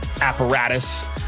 Apparatus